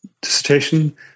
dissertation